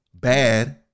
Bad